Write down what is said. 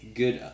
good